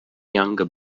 younger